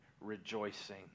rejoicing